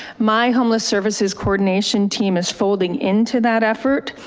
my homeless services coordination team is folding into that effort.